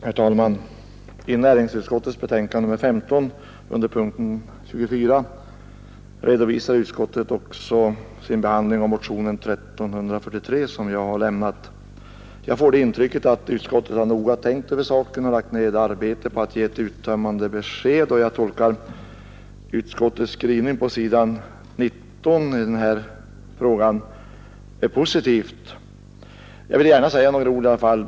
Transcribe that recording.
Herr talman! I näringsutskottets betänkande nr 15 under punkten 24 redovisar utskottet sin behandling av motionen 1343 som jag har lämnat. Jag får det intrycket att utskottet noga tänkt på saken och lagt ner arbete på att ge ett uttömmande besked. Jag tolkar utskottets skrivning på s. 19 i den här frågan som positiv. Jag vill dock gärna säga några ord.